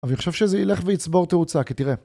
אבל אני חושב שזה ילך ויצבור תאוצה, כי תראה.